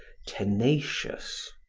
tenacious.